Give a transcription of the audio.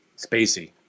Spacey